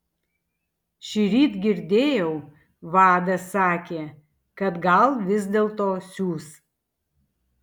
šįryt girdėjau vadas sakė kad gal vis dėlto siųs